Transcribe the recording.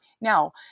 now